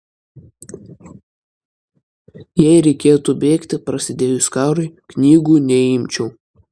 jei reikėtų bėgti prasidėjus karui knygų neimčiau